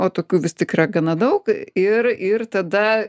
o tokių vis tik yra gana daug ir ir tada